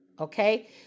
Okay